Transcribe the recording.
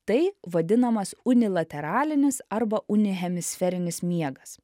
tai vadinamas unilateralinis arba unihemisferinis miegas